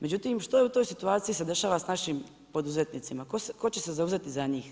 Međutim što u toj situaciji se dešava sa našim poduzetnicima, tko će se zauzeti za njih?